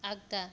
आग्दा